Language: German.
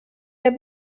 der